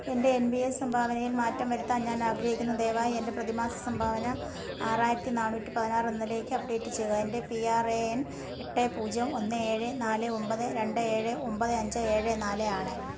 എന്റെ N P A സംഭാവനയിൽ മാറ്റം വരുത്താൻ ഞാനാഗ്രഹിക്കുന്നു ദയവായി എന്റെ പ്രതിമാസ സംഭാവന ആറായിരത്തി നാനൂറ്റി പതിനാറെന്നതിലേക്ക് അപ്ഡേറ്റ് ചെയ്യുക എന്റെ പി ആര് എ എൻ എട്ട് പൂജ്യം ഒന്ന് ഏഴ് നാല് ഒമ്പത് രണ്ട് ഏഴ് ഒമ്പത് അഞ്ച് ഏഴ് നാല് ആണ്